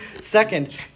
second